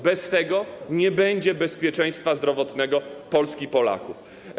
Bez tego nie będzie bezpieczeństwa zdrowotnego Polski i Polaków.